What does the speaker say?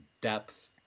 Depth